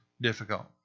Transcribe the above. difficult